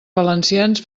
valencians